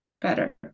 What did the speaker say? better